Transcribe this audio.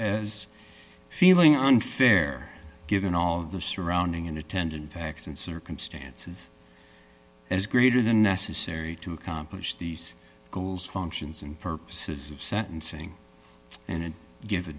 as feeling unfair given all of the surrounding and attendant facts and circumstances as greater than necessary to accomplish these goals functions and purposes of sentencing and and give a